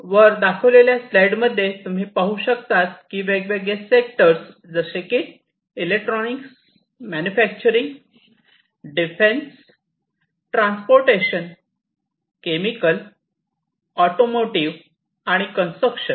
वर दाखवलेल्या प्लॉटमध्ये तुम्ही पाहू शकतात की वेगवेगळे सेक्टर्स जसे की electronics manufacturing defence transportation chemical automotive आणि कन्स्ट्रक्शन